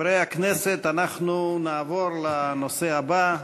חברי הכנסת, אנחנו נעבור לנושא הבא: